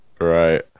right